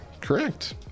Correct